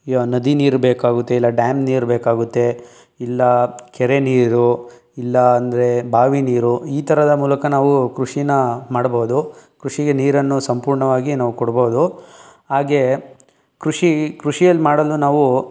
ನದಿ ನೀರು ಬೇಕಾಗುತ್ತೆ ಇಲ್ಲ ಡ್ಯಾಮ್ ನೀರು ಬೇಕಾಗುತ್ತೆ ಇಲ್ಲ ಕೆರೆ ನೀರು ಇಲ್ಲ ಅಂದರೆ ಬಾವಿ ನೀರು ಈ ಥರದ ಮೂಲಕ ನಾವು ಕೃಷಿನ ಮಾಡ್ಬೌದು ಕೃಷಿಗೆ ನೀರನ್ನು ಸಂಪೂರ್ಣವಾಗಿ ನಾವು ಕೊಡ್ಬೋದು ಹಾಗೇ ಕೃಷಿ ಕೃಷಿಯಲ್ಲಿ ಮಾಡಲು ನಾವು